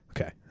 Okay